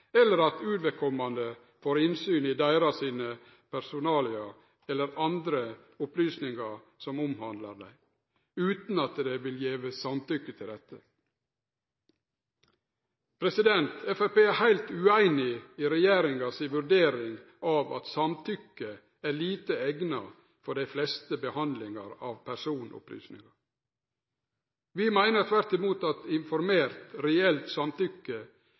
får innsyn i deira personalia eller andre opplysningar som omhandlar dei, utan at dei har gjeve samtykke til dette. Framstegspartiet er heilt ueinig i regjeringa si vurdering av at samtykkje er lite eigna for dei fleste behandlingar av personopplysningar. Vi meiner tvert imot at informert, reelt samtykke